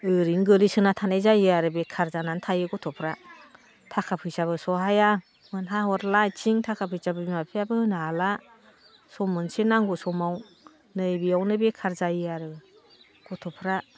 ओरैनो गोलैसोना थानाय जायो आरो बेखार जानानै थायो गथ'फ्रा थाखा फैसाबो सहाया मोनहा हरला इथिं थाखा फैसा बिमा बिफायाबो होनो हाला सम मोनसे नांगौ समाव नै बियावनो बेखार जायो आरो गथ'फ्रा